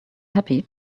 happy